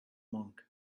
monk